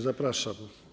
Zapraszam.